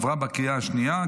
עברה בקריאה שנייה.